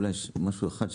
אולי משהו אחד,